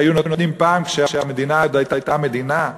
שהיו נותנים פעם כשהמדינה עוד הייתה מדינה,